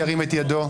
ירים את ידו.